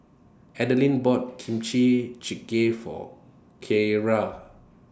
Adelyn bought Kimchi Jigae For Kyara